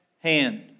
hand